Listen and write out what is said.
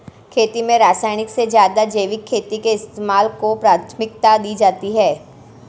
खेती में रासायनिक से ज़्यादा जैविक खेती के इस्तेमाल को प्राथमिकता दी जाती है